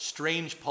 Strange